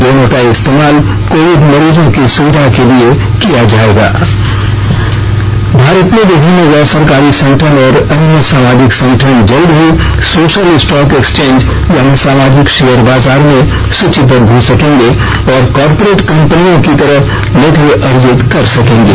दोनों का इस्तेमाल कोविड मरीजों की सुविधा के लिए इस्तेमाल किया जाएगा भारत में विभिन्न गैर सरकारी संगठन और अन्य सामाजिक संगठन जल्दी ही सोशल स्टॉक एक्सचेंज यानी सामाजिक शेयर बाजार में सूचीबद्ध हो सकेंगे और कॉरपोरेट कंपनियों की तरह निधि अर्जित कर सकेंगे